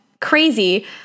crazy